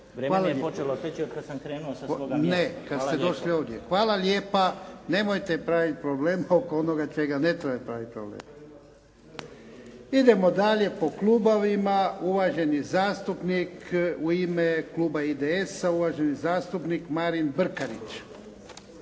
propisu je tak i za sve. …/Upadica se ne razumije./… Ne. Kad ste došli ovdje. Hvala lijepa. Nemojte praviti problem oko onoga čega ne treba praviti problem. Idemo dalje po klubovima. Uvaženi zastupnik u ime kluba IDS-a, uvaženi zastupnik Marin Brkarić.